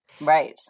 Right